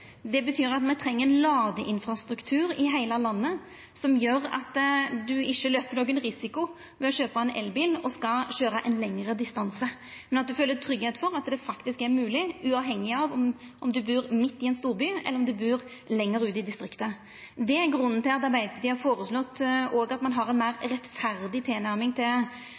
Det betyr at me treng ein ladeinfrastruktur i heile landet som gjer at ein ikkje tek ein risiko ved å kjøpa ein elbil når ein skal køyra ein lengre distanse, men er trygg på at det faktisk er mogleg, uavhengig av om ein bur midt i ein storby eller lenger ute i distriktet. Det er grunnen til at Arbeidarpartiet har føreslått ei meir rettferdig tilnærming til momsfritaket på elbilar, og at